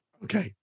Okay